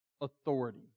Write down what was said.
authority